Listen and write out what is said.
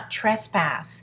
trespass